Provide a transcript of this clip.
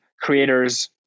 creators